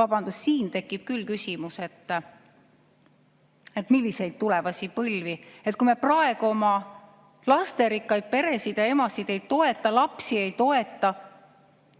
Vabandust, siin tekib küll küsimus, et milliseid tulevasi põlvi. Kui me praegu oma lasterikkaid peresid ja emasid ei toeta, lapsi ei toeta,